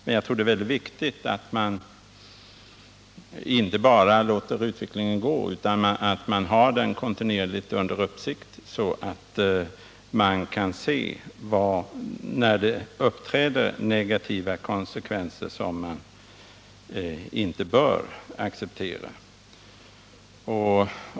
Men jag tror det är väldigt viktigt att man inte bara låter utvecklingen gå utan att man har den kontinuerligt under uppsikt, så att man kan se när det uppträder negativa konsekvenser som inte bör accepteras.